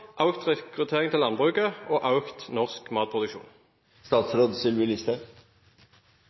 rekruttering til landbruket og økt norsk matproduksjon?